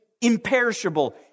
imperishable